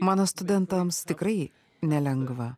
mano studentams tikrai nelengva